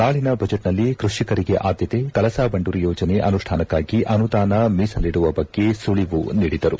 ನಾಳಿನ ಬಜೆಟ್ನಲ್ಲಿ ಕೃಷಿಕರಿಗೆ ಆದ್ದತೆ ಕಳಸಾ ಬಂಡೂರಿ ಯೋಜನೆ ಅನುಷ್ಠಾನಕ್ಕಾಗಿ ಅನುದಾನ ಮೀಸಲಿಡುವ ಬಗ್ಗೆ ಸುಳವು ನೀಡಿದರು